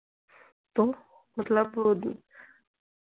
तो मतलब ओ